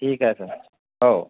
ठीक आहे सर हो